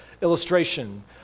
illustration